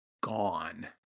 gone